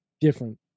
different